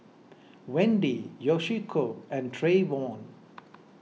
Wendy Yoshiko and Trayvon